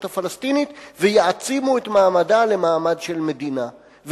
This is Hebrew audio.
הפלסטינית ויעצימו את מעמדה למעמד של מדינה.